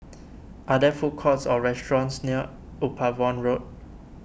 are there food courts or restaurants near Upavon Road